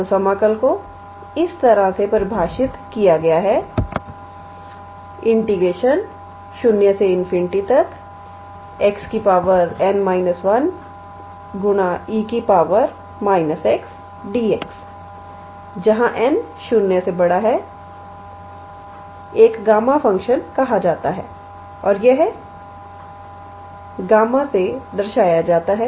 तो समाकल को इस तरह से परिभाषित किया गया है 0∞𝑥 𝑛−1𝑒 −𝑥𝑑𝑥जहां 𝑛 0 एक गामा फंक्शन कहा जाता है और यह Γ से दर्शाया जाता है